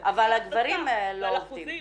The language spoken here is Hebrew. אבל הגברים לא עובדים.